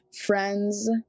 friends